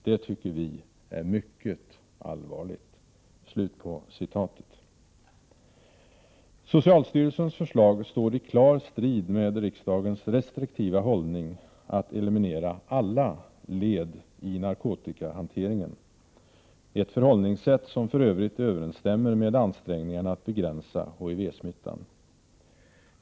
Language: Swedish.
Det tycker vi är mycket allvarligt.” Socialstyrelsens förslag står i klar strid med riksdagens restriktiva hållning att eliminera alla led i narkotikahanteringen, ett förhållningssätt som för Övrigt överensstämmer med ansträngningarna att begränsa HIV-smittan.